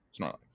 snorlax